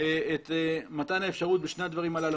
את מתן האפשרות בשני הדברים האלה.